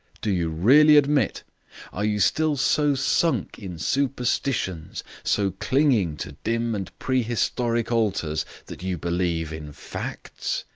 do you really admit are you still so sunk in superstitions, so clinging to dim and prehistoric altars, that you believe in facts?